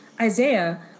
Isaiah